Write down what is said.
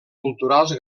culturals